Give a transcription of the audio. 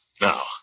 Now